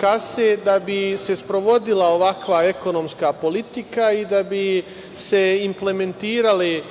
kase. Da bi se sprovodila ovakva ekonomska politika i da bi se implementirali